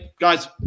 Guys